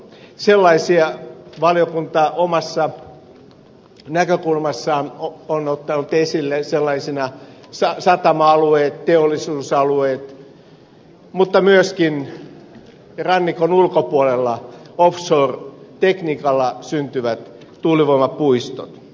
valiokunta omassa näkökulmassaan on ottanut esille sellaisina satama alueet teollisuusalueet mutta myöskin rannikon ulkopuolella offshore tekniikalla syntyvät tuulivoimapuistot